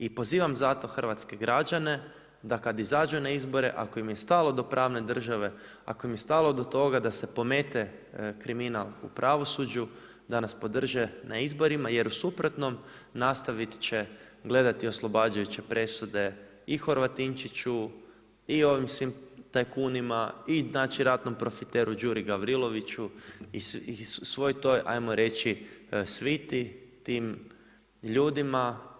I pozivam zato hrvatske građane, da kad izađu na izbore, ako im je stalo do pravne države, ako im je stalo do toga, da se pomete kriminal u pravosuđu, da nas podrže u izborima, jer u suprotnom, nastaviti će gledati oslobađajuće presude i Horvatinčiću i ovim svim tajkunima i znači ratnom profiteru Đuri Gavriloviću i svoj toj ajmo reći, sviti i tim ljudima.